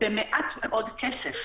מדובר במעט מאוד כסף.